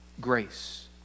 grace